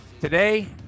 Today